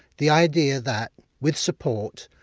the idea that with support,